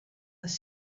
les